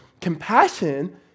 Compassion